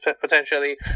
potentially